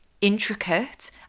intricate